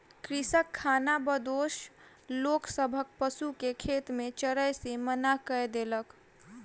कृषक खानाबदोश लोक सभक पशु के खेत में चरै से मना कय देलक